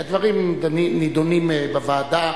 כי הדברים נדונים בוועדה.